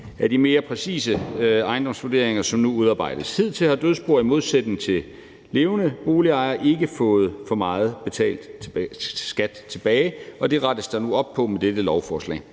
Af de mere præcise ejendomsvurderinger, som nu udarbejdes, har dødsboer hidtil i modsætning til levende boligejere ikke fået for meget betalt skat tilbage, og det rettes der nu op på med dette lovforslag.